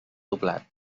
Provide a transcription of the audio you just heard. doblat